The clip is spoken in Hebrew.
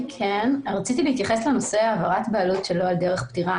רציתי להתייחס לנושא העברת בעלות שלא על דרך פטירה.